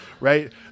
right